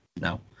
No